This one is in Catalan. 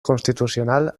constitucional